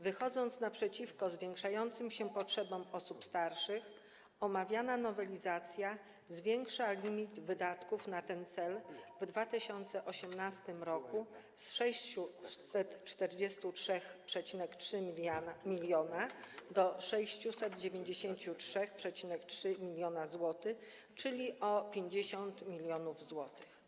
Wychodząc naprzeciwko zwiększającym się potrzebom osób starszych, omawiana nowelizacja zwiększa limit wydatków na ten cel w 2018 r. z 643,3 mln do 693,3 mln zł, czyli o 50 mln zł.